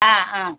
ആ അ